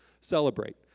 Celebrate